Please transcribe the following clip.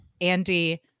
Andy